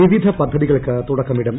വിവിധ പദ്ധതികൾക്ക് തുടക്കമിടും